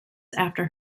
after